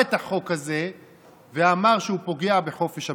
את החוק הזה ואמר שהוא פוגע בחופש הביטוי.